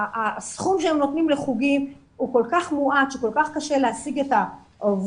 הסכום שהם נותנים לחוגים הוא כל כך מועט שכל כך קשה להשיג את העובדות,